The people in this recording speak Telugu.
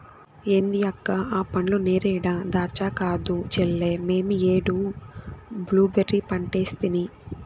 ఏంది అక్క ఆ పండ్లు నేరేడా దాచ్చా కాదు చెల్లే మేమీ ఏడు బ్లూబెర్రీ పంటేసితిని